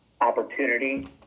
opportunity